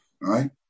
right